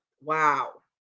wow